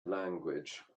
language